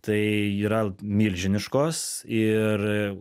tai yra milžiniškos ir